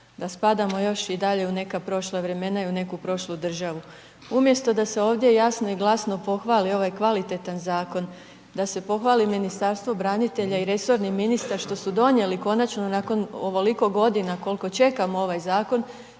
da spadamo još i dalje u neka prošla imena i u neku prošlu državu. Umjesto da se ovdje jasno i glasno pohvali ovaj kvalitetan zakon, da se pohvali Ministarstvo branitelja i resorni ministar što su donijeli konačno nakon ovoliko godina koliko čekamo ovaj zakon,